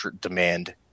demand